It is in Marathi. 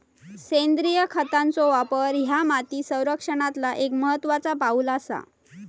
सेंद्रिय खतांचो वापर ह्या माती संरक्षणातला एक महत्त्वाचा पाऊल आसा